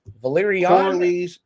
valerian